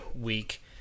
week